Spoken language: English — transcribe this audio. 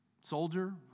Soldier